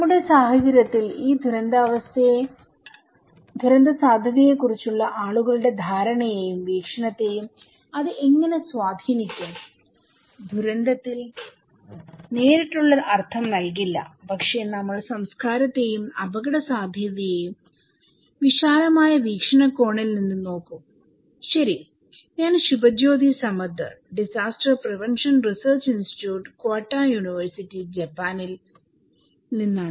നമ്മുടെ സാഹചര്യത്തിൽ ഈ ദുരന്തസാധ്യതയെ കുറിച്ചുള്ള ആളുകളുടെ ധാരണയെയും വീക്ഷണത്തെയും അത് എങ്ങനെ സ്വാധീനിക്കും ദുരന്തത്തിന്റെ നേരിട്ടുള്ള അർത്ഥം നൽകില്ല പക്ഷേ നമ്മൾ സംസ്കാരത്തെയും അപകടസാധ്യതയെയും വിശാലമായ വീക്ഷണകോണിൽ നിന്ന് നോക്കും ശരി ഞാൻ Subhajyoti Samaddar disaster prevention research institute Kyoto university ജപ്പാനിൽDisaster Prevention Research Institute Kyoto University Japan നിന്നാണ്